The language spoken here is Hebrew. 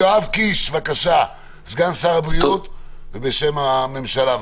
יואב קיש, בבקשה, סגן שר הבריאות, בשם הממשלה.